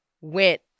went